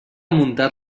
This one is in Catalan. muntat